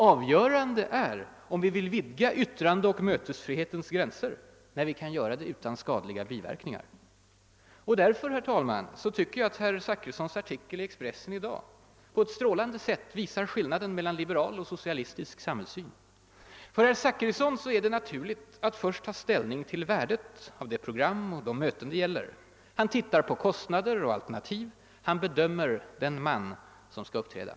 Avgörande är om vi vill vidga yttrandeoch mötesfrihetens gränser när vi kan göra det utan skadliga biverkningar. Därför tycker jag att herr Zachrissons artikel i Expressen i dag på ett strålande sätt visar skillnaden mellan liberal och socialistisk samhällssyn. För herr Zachrisson är det naturligt att först ta ställning till värdet av det program och de möten det gäller. Han tittar på kostnader och alternativ, bedömer den man som skall framträda.